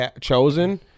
Chosen